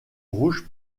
rouge